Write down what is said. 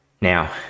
Now